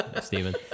Stephen